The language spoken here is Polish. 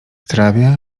trawie